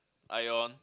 Ion